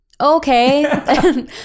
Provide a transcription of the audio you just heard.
okay